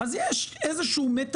יש לנו הרבה